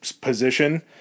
position